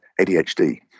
ADHD